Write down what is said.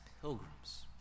pilgrims